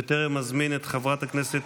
בטרם אזמין את חברת הכנסת